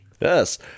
Yes